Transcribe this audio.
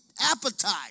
appetite